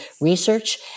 research